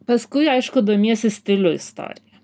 paskui aišku domiesi stilių istorija